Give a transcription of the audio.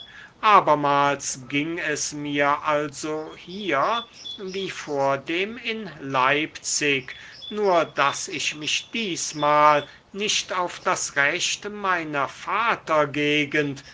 abermals ging es mir also hier wie vordem in leipzig nur daß ich mich diesmal nicht auf das recht meiner